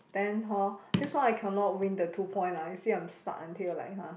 then hor this one I cannot win the two point lah you see I'm stuck until like !huh!